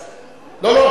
לא,